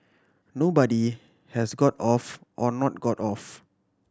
nobody has got off or not got off